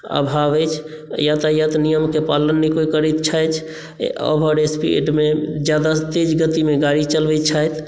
आभाव अछि यातायात नियमके कोइ पालन नहि करैत छथि ओवर स्पीड मे जादा तेज गतिमे गाड़ी चलबै छथि